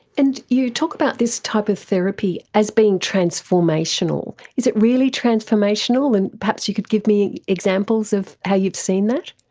and you talk about this type of therapy as being transformational. is it really transformational, and perhaps you could give me examples of how you've seen that.